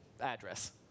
address